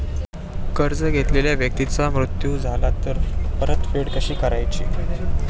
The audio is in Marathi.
कर्ज घेतलेल्या व्यक्तीचा मृत्यू झाला तर परतफेड कशी करायची?